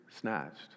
snatched